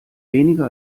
weniger